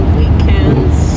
weekends